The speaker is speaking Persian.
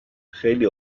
خیلی